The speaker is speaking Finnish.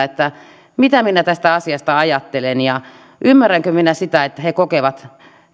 että mitä minä tästä asiasta ajattelen ja ymmärränkö minä sitä että he kokevat